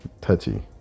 Touchy